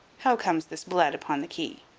how comes this blood upon the key?